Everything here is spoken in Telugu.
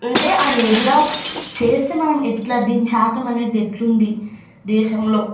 అంటే అవి ఎలా చేస్తే మనం ఎట్లా దీని శాతం అనేది ఎట్లా ఉంది దేశంలో